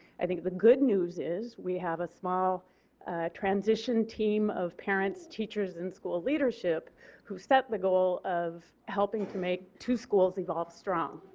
i think the good news is we have a small transition team of parents, teachers and school leadership that set the goal of helping to make two schools evolve strong.